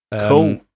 Cool